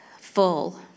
full